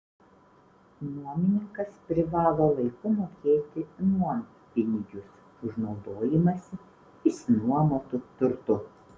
nuomininkas privalo laiku mokėti nuompinigius už naudojimąsi išsinuomotu turtu